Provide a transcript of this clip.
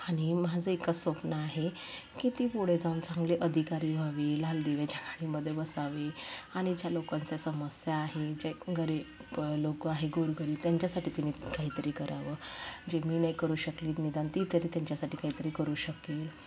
आणि माझं एकच स्वप्न आहे की ती पुढे जाऊन चांगली अधिकारी व्हावी लाल दिव्याच्या गाडीमध्ये बसावी आणि ज्या लोकांच्या समस्या आहे ज्या गरीब लोकं आहे गोरगरीब त्यांच्यासाठी तिने काहीतरी करावं जे मी नाय करू शकली निदान ती तरी त्यांच्यासाठी काहीतरी करू शकेल